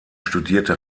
studierte